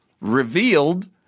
revealed